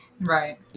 Right